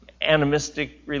animistic